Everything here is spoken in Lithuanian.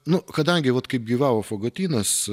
nu kadangi vat kaip gyvavo fagotynas